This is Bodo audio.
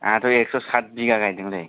आंहाथ' एखस' सात बिघा गायदोंलै